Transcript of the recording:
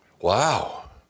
Wow